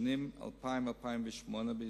בשנים 2000 2008 בישראל.